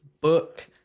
book